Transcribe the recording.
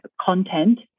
content